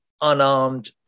unarmed